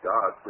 God